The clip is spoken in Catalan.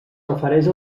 refereix